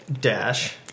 dash